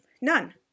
None